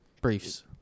Briefs